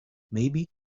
maybe